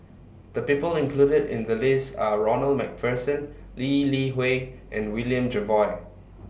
The People included in The list Are Ronald MacPherson Lee Li Hui and William Jervois